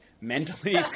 mentally